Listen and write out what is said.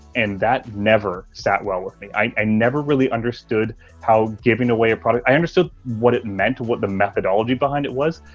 and that never sat well with me. i never really understood how giving away a product, i understood what it meant and what the methodology behind it was,